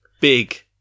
big